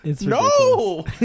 no